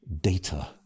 data